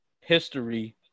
history